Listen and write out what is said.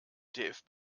dfb